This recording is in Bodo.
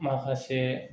माखासे